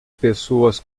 pessoas